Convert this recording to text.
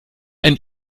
ein